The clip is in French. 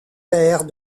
pères